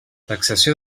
taxació